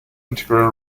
integral